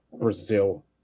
brazil